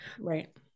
Right